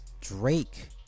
Drake